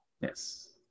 yes